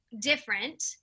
different